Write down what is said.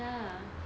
ya